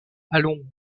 allons